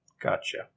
Gotcha